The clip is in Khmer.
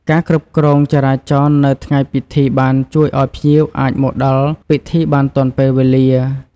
ការគ្រប់គ្រងចរាចរណ៍នៅថ្ងៃពិធីបានជួយឱ្យភ្ញៀវអាចមកដល់ពិធីបានទាន់ពេលវេលា។